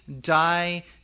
die